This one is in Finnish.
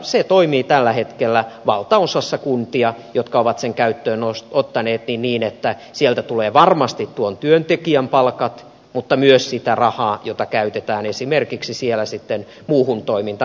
se toimii tällä hetkellä valtaosassa kuntia jotka ovat sen käyttöön ottaneet niin että sieltä tulee varmasti tuon työntekijän palkat mutta myös sitä rahaa jota käytetään esimerkiksi siellä sitten muuhun toimintaan